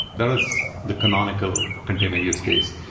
that is the canonical container use case.